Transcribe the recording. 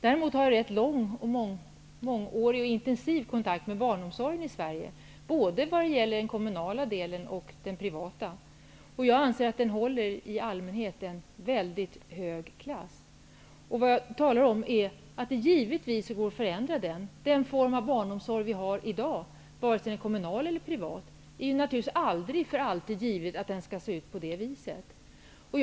Däremot har jag en mångårig och intensiv kontakt med barnom sorgen i Sverige, i både privat och kommunal regi. Jag anser att den i allmänhet håller en mycket hög klass. Man kan naturligtvis förändra barnomsor gen. Det är naturligtvis inte för alltid givet att den barnomsorg vi har i dag, oavsett om den är kom munal eller privat, skall se ut som den nu gör.